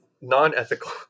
non-ethical